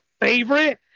favorite